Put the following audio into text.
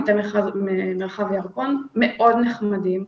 במטה מרחב ירקון מאוד נחמדים,